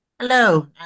Hello